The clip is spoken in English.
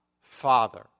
Father